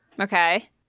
Okay